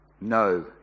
No